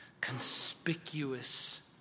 conspicuous